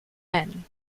men